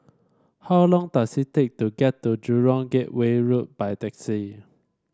how long does it take to get to Jurong Gateway Road by taxi